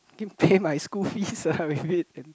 pay my school fee ah with it